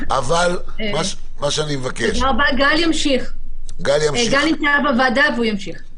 גל נמצא בוועדה והוא ימשיך.